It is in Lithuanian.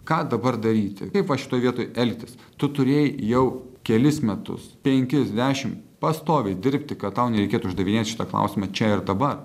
ką dabar daryti kaip va šitoj vietoj elgtis tu turėjai jau kelis metus penkis dešimt pastoviai dirbti kad tau nereikėtų uždavinėti šitą klausimą čia ir dabar